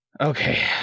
Okay